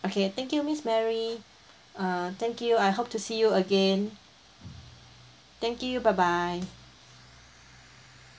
okay thank you miss mary err thank you I hope to see you again thank you bye bye